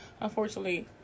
unfortunately